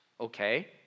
okay